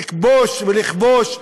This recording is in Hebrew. לכבוש ולכבוש,